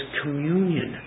communion